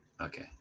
Okay